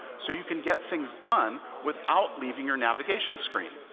so you can get things done without leaving your navigation screen.